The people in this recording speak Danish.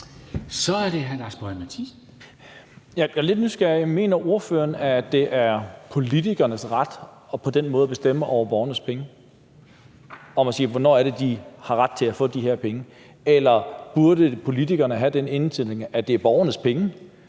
Boje Mathiesen (NB): Jeg er lidt nysgerrig. Mener ordføreren, at det er politikernes ret på den måde at bestemme over borgernes penge – og at man kan spørge, hvornår de har ret til at få de penge – eller burde politikerne have den indstilling, at det er borgernes penge,